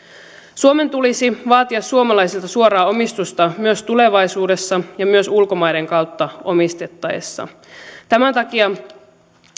suomen tulisi vaatia suomalaisilta suoraa omistusta myös tulevaisuudessa ja myös ulkomaiden kautta omistettaessa tämän takia